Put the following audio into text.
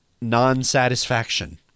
non-satisfaction